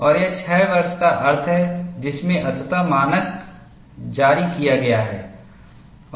और यह 06 वर्ष का अर्थ है जिसमें अंततः मानक जारी किया गया है